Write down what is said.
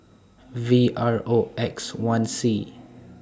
V R O X one C